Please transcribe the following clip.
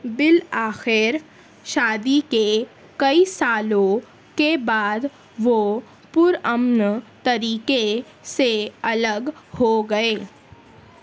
بالآخر شادی کے کئی سالوں کے بعد وہ پرامن طریقے سے الگ ہو گئے